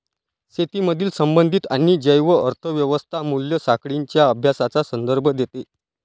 शेतीमधील संबंधित आणि जैव अर्थ व्यवस्था मूल्य साखळींच्या अभ्यासाचा संदर्भ देते